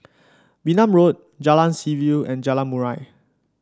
Wee Nam Road Jalan Seaview and Jalan Murai